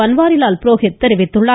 பன்வாரிலால் புரோஹித் தெரிவித்துள்ளார்